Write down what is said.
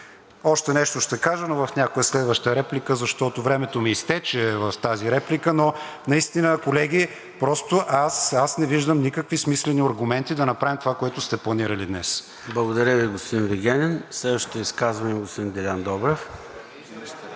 Още нещо ще кажа, но в някоя следваща реплика, защото времето ми изтече в тази реплика, но наистина, колеги, просто не виждам никакви смислени аргументи да направим това, което сте планирали днес. ПРЕДСЕДАТЕЛ ЙОРДАН ЦОНЕВ: Благодаря Ви, господин Вигенин. Следващото изказване е от господин Делян Добрев.